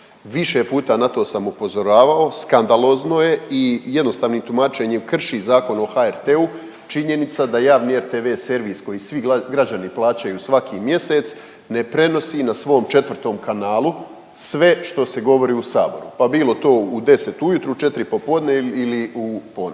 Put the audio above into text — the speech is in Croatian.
Više puta na to sam upozoravao, skandalozno je i jednostavnim tumačenjem krši Zakon o HRT-u. Činjenica da javni rtv servis koji svi građani plaćaju svaki mjesec ne prenosi na svom 4 kanalu sve što se govori u saboru pa bilo to u 10 ujutro, u 4 popodne ili u ponoć.